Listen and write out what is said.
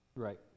right